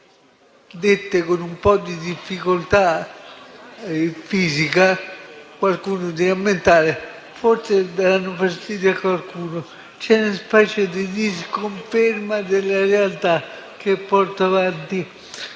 dette con un po' di difficoltà fisica, forse daranno fastidio a qualcuno. Vi è una specie di disconferma della realtà che porto avanti.